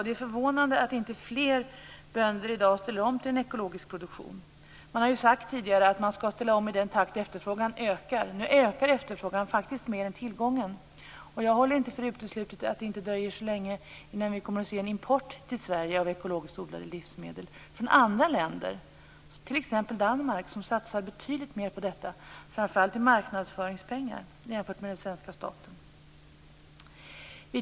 Det är förvånande att inte fler bönder i dag ställer om till ekologisk produktion. Man har ju tidigare sagt att man skall ställa om i den takt som efterfrågan ökar. Nu ökar efterfrågan faktiskt mer än tillgången. Jag håller inte för uteslutet att det inte dröjer så länge förrän vi får se en import till Sverige av ekologiskt odlade livsmedel från andra länder, t.ex. från Danmark. Där satsar man betydligt mera på detta, framför allt i marknadsföringspengar, än vad svenska staten gör.